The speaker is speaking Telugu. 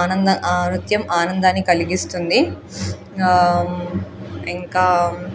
ఆనంద ఆ నృత్యం ఆనందాన్ని కలిగిస్తుంది ఇంకా